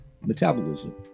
metabolism